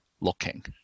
looking